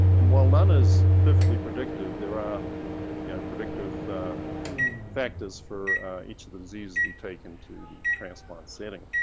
and while none is perfectly predictive, there are yeah predictive factors for each of the diseases we take into the transplant setting.